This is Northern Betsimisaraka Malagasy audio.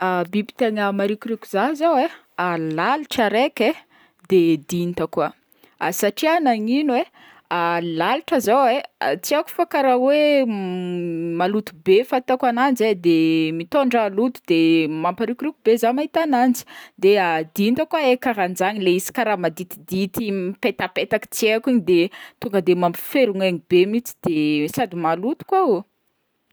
Biby tegna marikoriko zaho zegny lalitra araiky de dinta koa, satria nagnigno e, lalitra zao e tsy aiko fa karaha hoe maloto be fahitako agnanjy e de mitôndra loto de mamparikoriko be zaho mahita agnanjy, de dinta koa e karahan-jagny le izy karaha maditidity m- mipetapetaky tsy aiko igny de tonga de mampiferon'aigny be mihintsy de sady maloto koa.